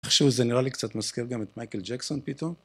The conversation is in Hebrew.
איכשהו זה נראה לי קצת מזכיר גם את מייקל ג'קסון פתאום.